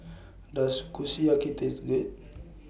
Does Kushiyaki Taste Good